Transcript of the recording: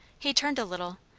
he turned a little,